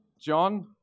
John